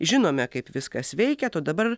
žinome kaip viskas veikia to dabar